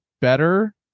better